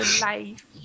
life